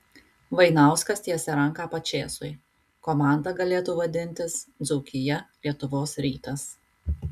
vainauskas tiesia ranką pačėsui komanda galėtų vadintis dzūkija lietuvos rytas